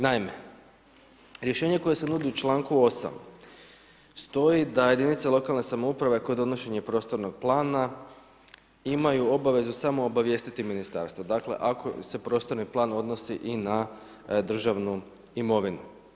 Naime rješenje koje se nudi u članku 8. stoji da jedinice lokalne samouprave kod donošenja prostornog plana imaju obavezu samo obavijestiti ministarstvo dakle ako se prostorni plan odnosni i na državnu imovinu.